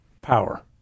power